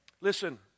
Listen